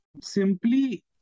simply